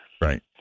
Right